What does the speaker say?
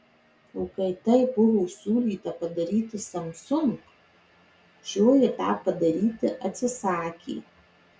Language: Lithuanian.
o kai tai buvo siūlyta padaryti samsung šioji tą padaryti atsisakė